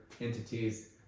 entities